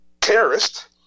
terrorist